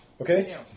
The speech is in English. Okay